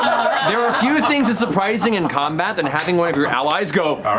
there are few things as surprising in combat than having one of your allies go